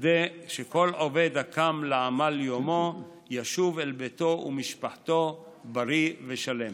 כדי שכל עובד הקם לעמל יומו ישוב אל ביתו ומשפחתו בריא ושלם.